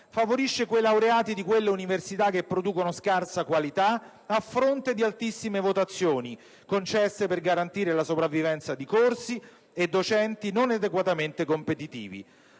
favorisce i laureati di quelle università che producono scarsa qualità a fronte di altissime votazioni concesse per garantire la sopravvivenza di corsi e docenti non adeguatamente competitivi.